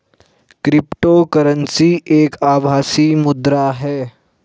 crypto currency एक आभासी मुद्रा है